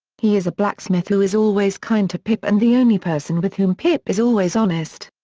he is a blacksmith who is always kind to pip and the only person with whom pip is always honest.